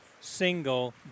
single